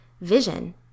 vision